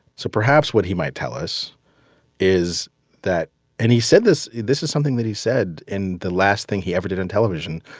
so perhaps what he might tell us is that and he said this this is something that he said in the last thing he ever did in television,